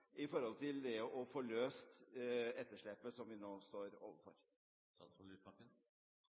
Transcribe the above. i forhold til å få løst etterslepet som vi nå står overfor.